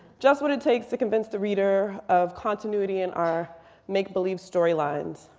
just what it takes to convince the reader of continuity in our make-believe story lines.